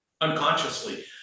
unconsciously